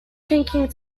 thinking